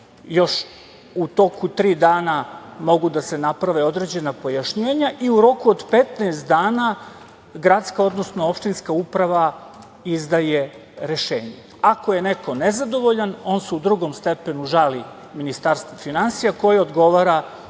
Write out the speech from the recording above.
još u toku tri dana mogu da se naprave određena pojašnjenja i u roku od 15 dana gradska, odnosno opštinska uprava izdaje rešenje. Ako je neko nezadovoljan, on se u drugom stepenu žali Ministarstvu finansija koje odgovara